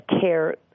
care